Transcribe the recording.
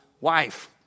wife